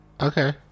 Okay